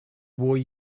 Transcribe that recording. were